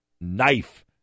knife